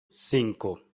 cinco